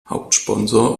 hauptsponsor